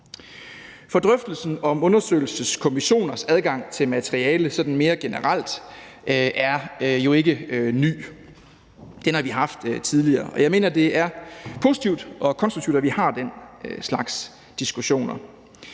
For drøftelsen om undersøgelseskommissioners adgang til materiale sådan mere generelt er jo ikke ny; den har vi haft tidligere. Jeg mener, at det er positivt og konstruktivt, at vi har den slags diskussioner.